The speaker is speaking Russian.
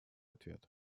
ответ